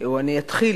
או אתחיל